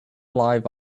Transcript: live